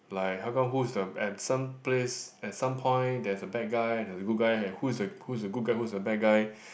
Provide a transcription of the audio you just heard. like how come who is the at some place at some point there's a bad guy and there's a good and who is a who is a good guy who is a bad guy